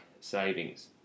Savings